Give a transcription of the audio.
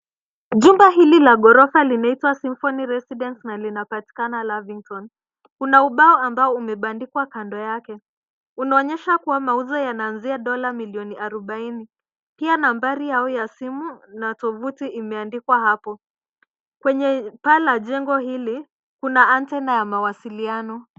Jumba hili la ghorofa linaitwa Symphony Residence na linapatikana Lavington. Kuna ubao ambao umebandikwa katika kando yake. Unaonyesha kuwa mauzo yanaanzia dola milioni arubaini . Pia nambari yao ya simu na tovuti imeandikwa hapo. Kwenye paa la jengo hili kuna antena ya mawasiliano.